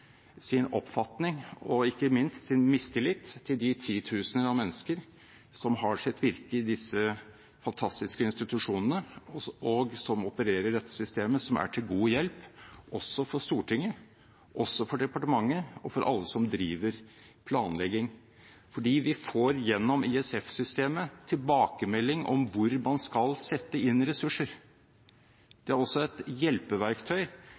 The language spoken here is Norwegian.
sin oppfatning og ikke minst sin mistillit til de titusener av mennesker som har sitt virke i disse fantastiske institusjonene, og som opererer i dette systemet, som er til god hjelp også for Stortinget, også for departementet og for alle som driver planlegging. Vi får gjennom ISF-systemet tilbakemelding om hvor man skal sette inn ressurser. Det er også et hjelpeverktøy.